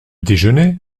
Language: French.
déjeuner